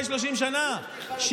זה